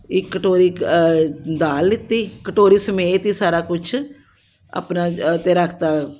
ਇੱਕ ਕਟੋਰੀ ਦਾਲ ਲਿੱਤੀ ਕਟੋਰੀ ਸਮੇਤ ਹੀ ਸਾਰਾ ਕੁਛ ਆਪਣਾ 'ਤੇ ਰੱਖ ਤਾ